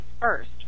FIRST